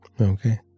Okay